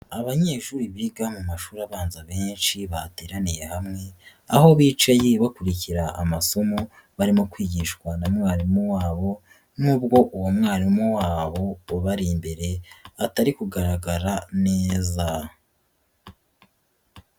Abanyeshuri biga mu mashuri abanza benshi bateraniye hamwe, aho bicaye bakurikira amasomo barimo kwigishwa na mwarimu wabo nubwo uwo mwarimu wabo ubari imbere atari kugaragara neza.